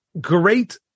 great